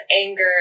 Anger